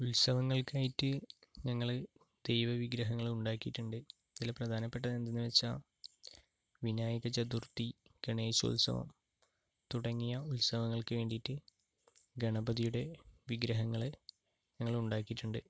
ഉത്സവങ്ങള്ക്കായിട്ട് ഞങ്ങൾ ദൈവവിഗ്രഹങ്ങള് ഉണ്ടാക്കിയിട്ടുണ്ട് ഇതില് പ്രധാനപ്പെട്ടതെന്തെന്ന് വെച്ചാൽ വിനായക ചതുര്ത്ഥി ഗണേശോത്സവം തുടങ്ങിയ ഉത്സവങ്ങള്ക്ക് വേണ്ടിയിട്ട് ഗണപതിയുടെ വിഗ്രഹങ്ങൾ ഞങ്ങള് ഉണ്ടാക്കിയിട്ടുണ്ട്